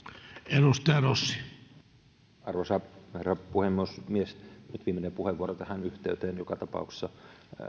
arvoisa herra puhemies nyt viimeinen puheenvuoro tähän yhteyteen joka tapauksessa